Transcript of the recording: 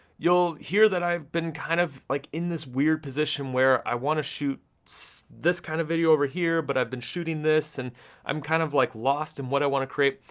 you'll hear that i've been kind of, like, in this weird position, where i wanna shoot so this kind of video over here, but i've been shooting this, and i'm kind of like, lost in what i wanna create,